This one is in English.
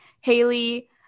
Haley